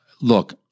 look